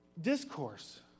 discourse